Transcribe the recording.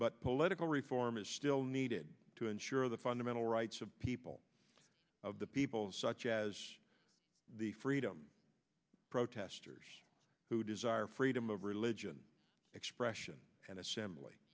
but political reform is still needed to ensure the fundamental rights of people of the people such as the freedom protestors who desire freedom of religion expression and assembly